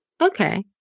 Okay